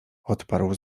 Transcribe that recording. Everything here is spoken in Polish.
odparł